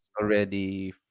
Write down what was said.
already